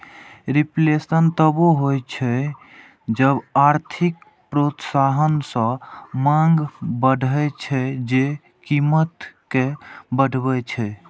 reflation तबो होइ छै जब आर्थिक प्रोत्साहन सं मांग बढ़ै छै, जे कीमत कें बढ़बै छै